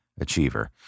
Achiever